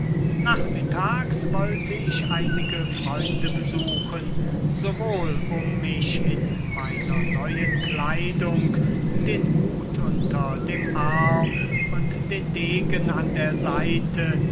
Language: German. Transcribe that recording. nachmittags wollte ich einige freunde besuchen sowohl um mich in meiner neuen kleidung den hut unter dem arm und den degen an der seite